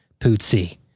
Pootsie